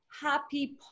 happy